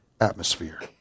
atmosphere